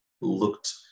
looked